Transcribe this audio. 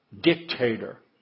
dictator